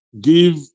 give